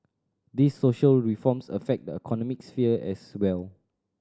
these social reforms affect the economic sphere as well